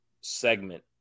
segment